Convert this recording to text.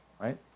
right